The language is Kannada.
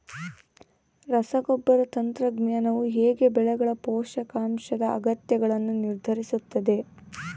ರಸಗೊಬ್ಬರ ತಂತ್ರಜ್ಞಾನವು ಹೇಗೆ ಬೆಳೆಗಳ ಪೋಷಕಾಂಶದ ಅಗತ್ಯಗಳನ್ನು ನಿರ್ಧರಿಸುತ್ತದೆ?